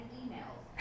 emails